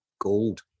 gold